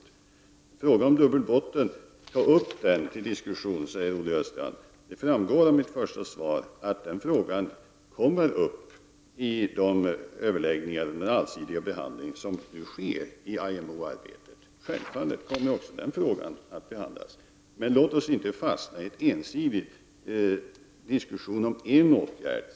Ta upp frågan om dubbelbotten till diskussion, säger Olle Östrand. Det framgår av mitt svar att frågan kommer upp i de överläggningar med allsidig behandling som nu sker inom ramen för IMO-arbetet. Självfallet kommer också den här frågan att behandlas. Låt oss inte fastna i en ensidig diskussion om en åtgärd.